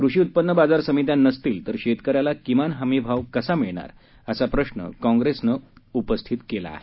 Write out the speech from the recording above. कृषी उत्पन्न बाजार समित्या नसतील तर शेतकऱ्याला किमान हमी भाव कसा मिळणार असा प्रश्न काँग्रेसनं उपस्थित केलाय